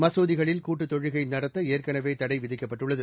மசூதிகளில் கூட்டுத் தொழுகை நடத்த ஏற்கனவே தடை விதிக்கப்பட்டுள்ளது